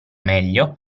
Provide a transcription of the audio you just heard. meglio